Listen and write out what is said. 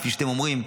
כפי שאתם אומרים,